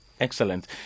Excellent